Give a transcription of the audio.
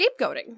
scapegoating